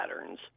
patterns